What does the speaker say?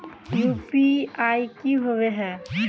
UPI की होबे है?